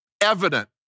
evident